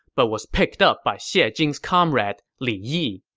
but was picked up by xie ah jing's comrade, li yi.